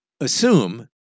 assume